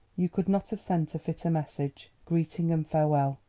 you could not have sent a fitter message. greeting and farewell!